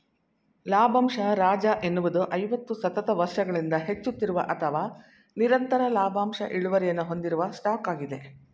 ಲಾಭಂಶ ರಾಜ ಎನ್ನುವುದು ಐವತ್ತು ಸತತ ವರ್ಷಗಳಿಂದ ಹೆಚ್ಚುತ್ತಿರುವ ಅಥವಾ ನಿರಂತರ ಲಾಭಾಂಶ ಇಳುವರಿಯನ್ನ ಹೊಂದಿರುವ ಸ್ಟಾಕ್ ಆಗಿದೆ